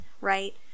Right